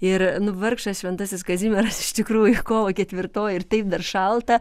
ir nu vargšas šventasis kazimieras iš tikrųjų kovo ketvirtoji ir taip dar šalta